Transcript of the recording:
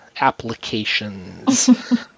applications